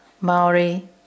Maori